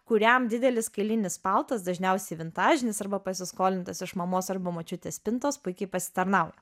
kuriam didelis kailinis paltas dažniausiai vintažinis arba pasiskolintas iš mamos arba močiutės spintos puikiai pasitarnauja